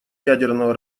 ядерного